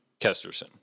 Kesterson